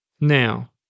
Now